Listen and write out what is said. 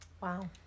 Wow